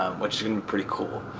um which seemed pretty cool.